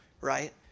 right